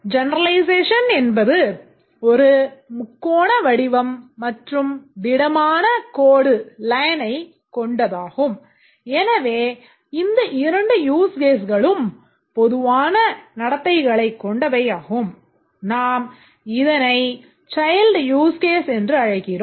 Generalization என்பது ஒரு முக்கோண வடிவம் மற்றும் திடமான கோட்டைக் use case என்று அழைக்கிறோம்